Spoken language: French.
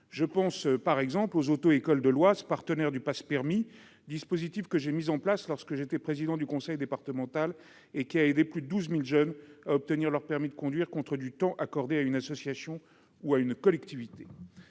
Je pense par exemple aux auto-écoles de l'Oise partenaires du Pass'permis citoyen, dispositif que j'ai mis en place lorsque j'étais président du conseil départemental et qui a aidé plus 12 000 jeunes à obtenir leur permis de conduire en contrepartie du temps accordé à une association ou à une collectivité.